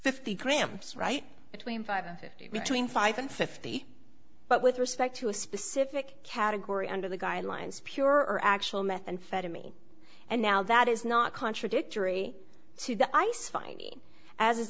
fifty grams right between five and fifty between five and fifty but with respect to a specific category under the guidelines pure or actual methamphetamine and now that is not contradictory to the ice finding as